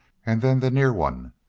and then the near one